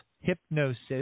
Hypnosis